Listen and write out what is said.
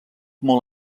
molt